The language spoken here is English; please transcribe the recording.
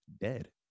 dead